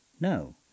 no